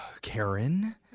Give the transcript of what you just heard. Karen